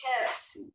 tips